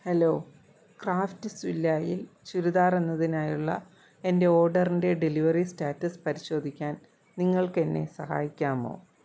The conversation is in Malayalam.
ഹലോ ക്രാഫ്റ്റ് സ്വില്ലായിൽ ചുരിദാർ എന്നതിനായുള്ള എന്റെ ഓഡറിന്റെ ഡെലിവറി സ്റ്റാറ്റസ് പരിശോധിക്കാൻ നിങ്ങൾക്കെന്നെ സഹായിക്കാമോ